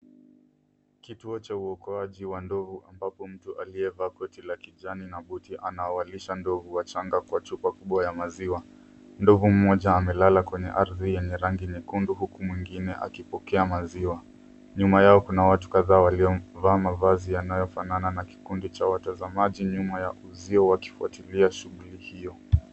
Kituo cha uokoaji wa ndovu ambapo mtu aliyevaa koti la kijani na buti, anawalisha ndovu wachanga kwa chupa kubwa ya maziwa. Ndovu mmoja amelala kwenye ardhi yenye rangi nyekundu, huku mwingine akipokea maziwa. Nyuma yao kuna watu kadhaa waliovaa mavazi yanayofanana na kikundi cha watazamaji nyuma ya uzio wakifuatilia shughuli hiyo.